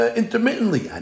intermittently